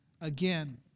again